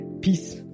Peace